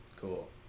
Cool